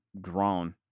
grown